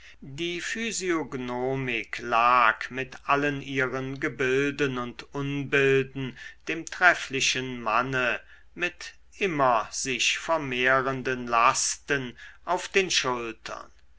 die physiognomik lag mit allen ihren gebilden und unbilden dem trefflichen manne mit immer sich vermehrenden lasten auf den schultern